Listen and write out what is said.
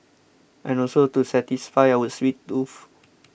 and also to satisfy our sweet tooth